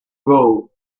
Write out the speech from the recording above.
goal